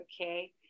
okay